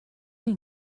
این